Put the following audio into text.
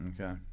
Okay